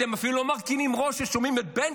אתם אפילו לא מרכינים ראש כששומעים את בן